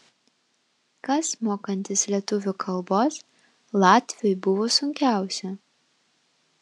kas mokantis lietuvių kalbos latviui buvo sunkiausia